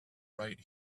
right